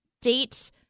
Date